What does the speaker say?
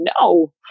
no